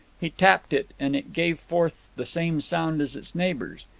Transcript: he tapped it, and it gave forth the same sound as its neighbours.